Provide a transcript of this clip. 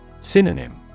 Synonym